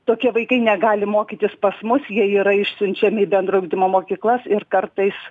tokie vaikai negali mokytis pas mus jie yra išsiunčiami į bendro ugdymo mokyklas ir kartais